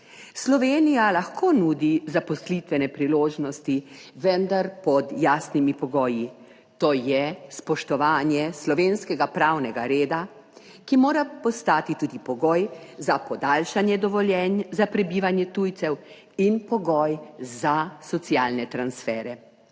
Slovenija lahko nudi zaposlitvene priložnosti, vendar pod jasnimi pogoji, to je spoštovanje slovenskega pravnega reda, ki mora postati tudi pogoj za podaljšanje dovoljenj za prebivanje tujcev in pogoj za socialne transfere.